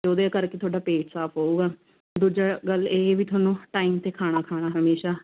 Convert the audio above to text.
ਅਤੇ ਉਹਦੇ ਕਰਕੇ ਤੁਹਾਡਾ ਪੇਟ ਸਾਫ਼ ਹੋਵੇਗਾ ਦੂਜਾ ਗੱਲ ਇਹ ਵੀ ਤੁਹਾਨੂੰ ਟਾਈਮ 'ਤੇ ਖਾਣਾ ਖਾਣਾ ਹਮੇਸ਼ਾ